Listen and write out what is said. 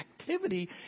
activity